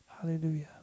Hallelujah